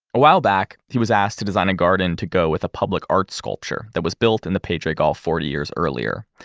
a while back he was asked to design a garden to go with a public art sculpture that was built in the pedregal forty years earlier,